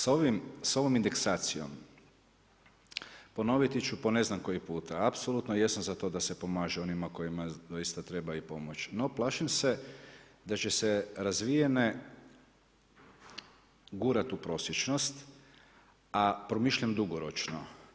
Sa ovim, sa ovom indeksacijom, ponoviti ću po ne znam koji puta, apsolutno jesam za to da se pomaže onima kojima doista treba i pomoći no plašim se da će se razvijene gurati u prosječnost, a promišljam dugoročno.